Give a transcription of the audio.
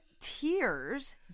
tears